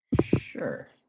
Sure